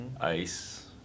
ice